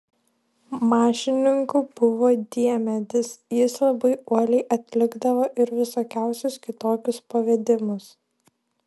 mašininku buvo diemedis jis labai uoliai atlikdavo ir visokiausius kitokius pavedimus